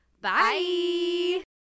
Bye